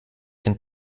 den